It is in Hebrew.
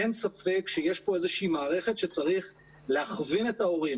אין ספק שיש פה איזושהי מערכת שצריך להכווין את ההורים.